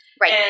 right